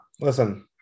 listen